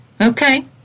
Okay